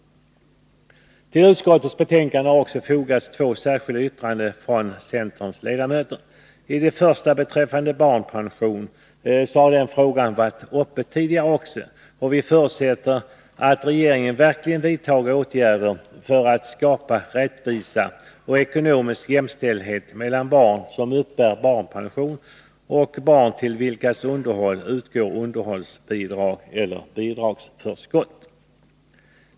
Till utskottsbetänkandet har fogats två särskilda yttranden från centerns ledamöter. I det första, som gäller barnpension — en fråga som varit uppe tidigare — förutsätter vi att regeringen verkligen vidtar åtgärder för att skapa rättvisa och ekonomisk jämställdhet mellan barn som uppbär barnpension och barn till vilkas underhåll utgår underhållsbidrag eller bidragsförskott.